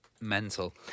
mental